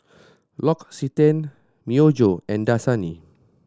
L'Occitane Myojo and Dasani